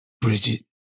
Bridget